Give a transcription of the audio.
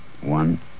One